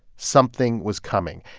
something was coming,